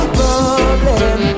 problem